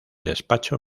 despacho